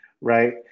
Right